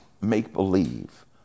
make-believe